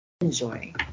enjoy